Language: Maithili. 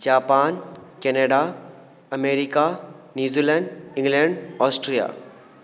Japan Canada America New Zealand England Austria